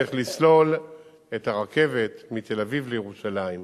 שצריך לסלול את הרכבת מתל-אביב לירושלים.